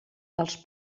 dels